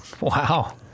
Wow